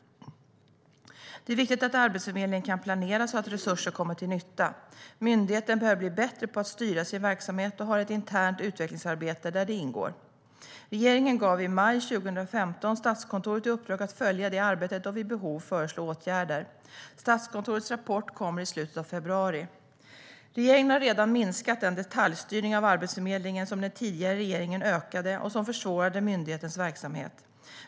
Det är viktigt att Arbetsförmedlingen kan planera så att resurser kommer till nytta. Myndigheten behöver bli bättre på att styra sin verksamhet och har ett internt utvecklingsarbete där det ingår. Regeringen gav i maj 2015 Statskontoret i uppdrag att följa det arbetet och vid behov föreslå åtgärder. Statskontorets rapport kommer i slutet av februari. Regeringen har redan minskat den detaljstyrning av Arbetsförmedlingen som den tidigare regeringen ökade och som försvårade myndighetens verksamhet.